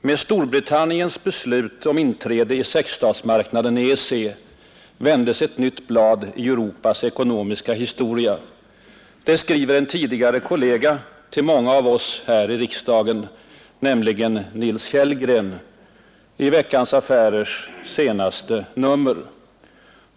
”Med Storbritanniens beslut om inträde i sexstatsmarknaden, EEC, vänds ett nytt blad i Europas ekonomiska historia”, skriver en tidigare kollega till många av oss här i riksdagen, Nils Kellgren, i Veckans Affärers senaste nummer.